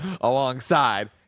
Alongside